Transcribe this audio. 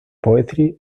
poetry